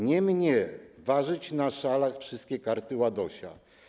Nie mnie ważyć na szalach wszystkie karty Ładosia.